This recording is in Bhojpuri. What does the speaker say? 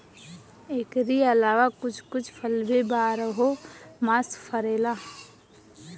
एकरी अलावा कुछ कुछ फल भी बारहो मास फरेला